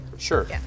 Sure